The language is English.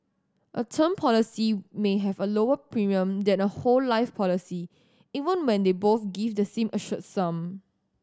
a term policy may have a lower premium than a whole life policy even when they both give the same assured sum